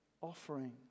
offering